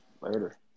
Later